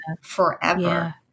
forever